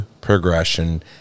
progression